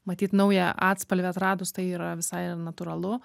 matyt naują atspalvį atradus tai yra visai natūralu